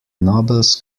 nobles